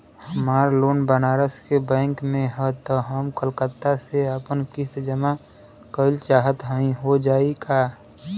हमार लोन बनारस के बैंक से ह हम कलकत्ता से आपन किस्त जमा कइल चाहत हई हो जाई का?